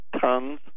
tons